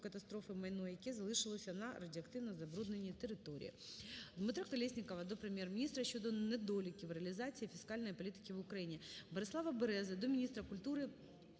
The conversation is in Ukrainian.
Дмитра Колєснікова до Прем'єр-міністра щодо недоліків реалізації фіскальної політики в Україні. Борислава Берези до міністра культури